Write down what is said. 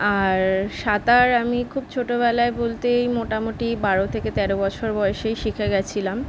আর সাঁতার আমি খুব ছোটোবেলায় বলতে এই মোটামুটি বারো থেকে তেরো বছর বয়সেই শিখে গিয়েছিলাম